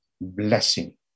blessing